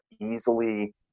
easily